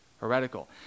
Heretical